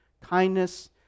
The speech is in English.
kindness